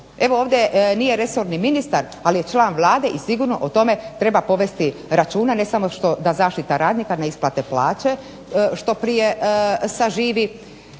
Evo ovdje nije resorni ministar, ali je član Vlade i sigurno o tome treba povesti računa, ne samo da zaštita radnika, neisplate plaće što prije zaživi